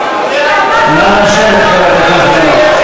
למה אתה צריך את הרצוג?